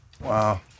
Wow